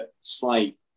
slight